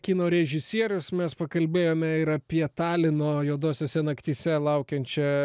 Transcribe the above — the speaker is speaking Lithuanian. kino režisierius mes pakalbėjome ir apie talino juodosiose naktyse laukiančią